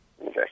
Okay